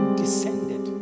descended